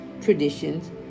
traditions